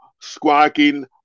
squawking